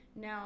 Now